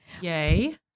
Yay